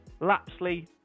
Lapsley